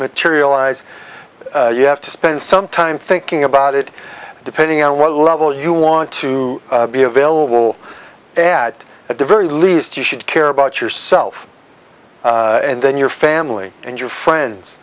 materialize you have to spend some time thinking about it depending on what level you want to be available to add at the very least you should care about yourself and then your family and your friends